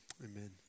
Amen